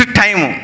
time